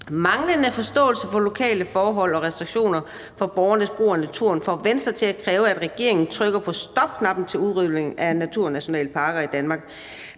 »Manglende forståelse for lokale forhold og restriktioner på borgernes brug af naturen får Venstre til at kræve, at regeringen trykker på stop-knappen til udrulningen af naturnationalparker i Danmark.